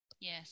Yes